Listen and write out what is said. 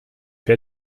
der